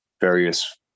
various